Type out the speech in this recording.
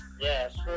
Yes